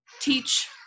teach